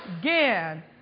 again